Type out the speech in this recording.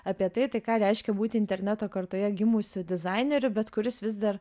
apie tai tai ką reiškia būti interneto kartoje gimusiu dizaineriu bet kuris vis dar